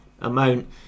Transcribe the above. amount